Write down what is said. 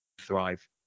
thrive